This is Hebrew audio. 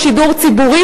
בגדול מהרשות הפלסטינית.